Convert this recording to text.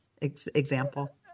example